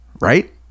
right